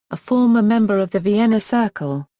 a former member of the vienna circle.